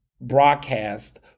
broadcast